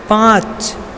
पाँच